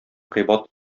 кыйбат